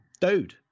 dude